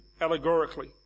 allegorically